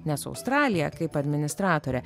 nes australija kaip administratorė